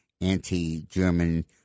anti-German